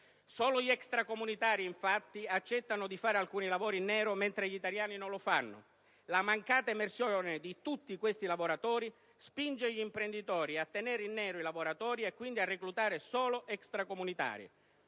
Solo gli extracomunitari, infatti, accettano di svolgere alcuni lavori in nero, mentre gli italiani non lo fanno. La mancata emersione di tutti questi lavoratori spinge gli imprenditori a mantenere in nero i lavoratori e, quindi, a reclutare solo extracomunitari.